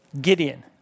Gideon